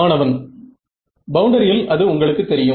மாணவன் பவுண்டரியில் அது உங்களுக்கு தெரியும்